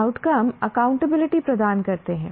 outcome accountability प्रदान करते हैं